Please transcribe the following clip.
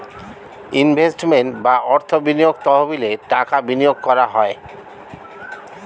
investment বা অর্থ বিনিয়োগ তহবিলে টাকা বিনিয়োগ করা হয়